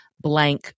Blank